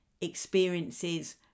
experiences